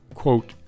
quote